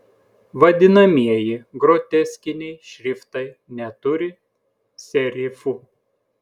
vadinamieji groteskiniai šriftai neturi serifų